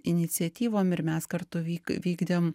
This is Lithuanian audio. iniciatyvom ir mes kartu vyk vykdėm